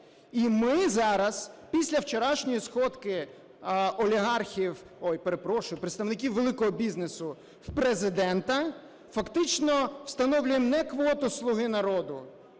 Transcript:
І ми зараз після вчорашньої сходки олігархів, ой, перепрошую, представників великого бізнесу, в Президента фактично встановлюємо не квоту "Слуги народу",